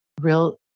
real